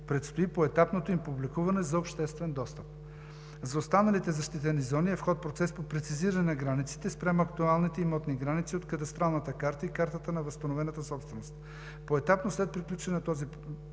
Предстои поетапното им публикуване за обществен достъп. За останалите защитени зони е в ход процес по прецизиране на границите спрямо актуалните имотни граници от Кадастралната карта и Картата на възстановената собственост. Поетапно след приключване на този